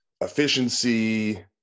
efficiency